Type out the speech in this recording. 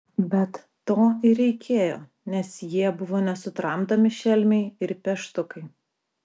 bet to ir reikėjo nes jie buvo nesutramdomi šelmiai ir peštukai